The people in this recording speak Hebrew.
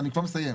אני כבר מסיים.